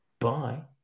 Bye